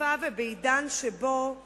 בתקופה ובעידן שבהם